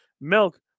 Milk